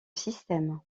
système